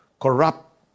corrupt